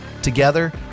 together